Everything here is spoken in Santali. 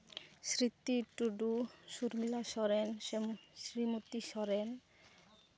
ᱥᱨᱤᱛᱤ ᱴᱩᱰᱩ ᱥᱚᱨᱢᱤᱞᱟ ᱥᱚᱨᱮᱱ ᱥᱨᱤᱢᱚᱛᱤ ᱥᱚᱨᱮᱱ